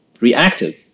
reactive